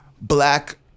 black